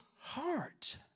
heart